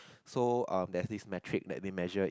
so uh there's this metric that they measure is